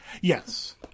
yes